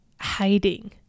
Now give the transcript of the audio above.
hiding